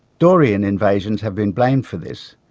dorian invasions have been blamed for this,